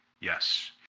Yes